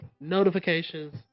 notifications